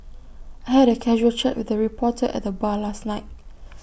I had A casual chat with A reporter at the bar last night